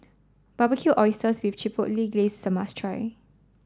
Barbecued Oysters with Chipotle Glaze is a must try